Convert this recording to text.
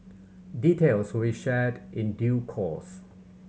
details we shared in due course